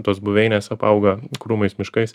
tos buveinės apauga krūmais miškais